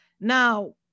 Now